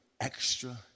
extra